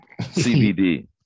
CBD